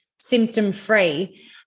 symptom-free